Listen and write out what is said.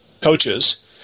coaches